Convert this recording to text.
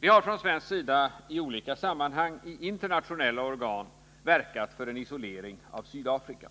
Vi har från svensk sida i olika sammanhang i internationella organ verkat för en isolering av Sydafrika.